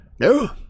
No